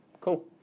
cool